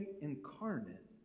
incarnate